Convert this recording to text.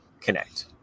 connect